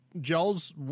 gels